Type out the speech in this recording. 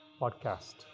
podcast